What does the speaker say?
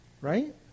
right